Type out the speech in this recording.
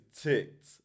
ticked